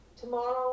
Tomorrow